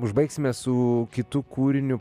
užbaigsime su kitu kūriniu